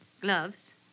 gloves